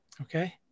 Okay